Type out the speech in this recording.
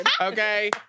Okay